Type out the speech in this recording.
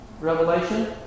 revelation